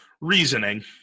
reasoning